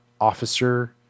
officer